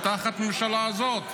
תחת הממשלה הזאת,